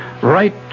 Right